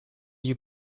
you